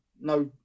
no